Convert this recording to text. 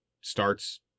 starts